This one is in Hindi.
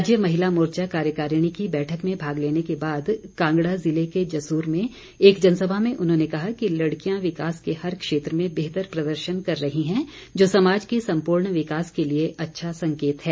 राज्य महिला मोर्चा कार्यकारिणी की बैठक में भाग लेने के बाद कांगड़ा ज़िले के जसूर में एक जनसभा में उन्होंने कहा कि लड़कियां विकास के हर क्षेत्र में बेहतर प्रदर्शन कर रही हैं जो समाज के संपूर्ण विकास के लिए अच्छा संकेत है